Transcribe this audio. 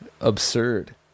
absurd